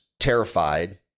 terrified